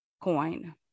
coin